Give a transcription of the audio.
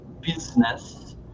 business